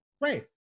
Right